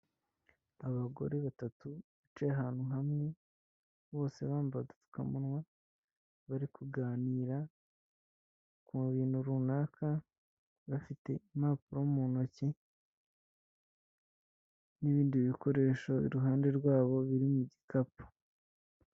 Abagore batatu bicaye ahantu hamwe, bose bambaye udupfukamunwa bari kuganira ku bintu runaka, bafite impapuro mu ntoki n'ibindi bikoresho iruhande rwabo, biri mu gikapu.